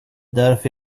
därför